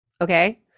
Okay